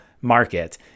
market